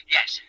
Yes